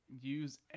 use